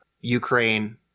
Ukraine